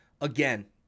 again